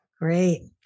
Great